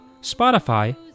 Spotify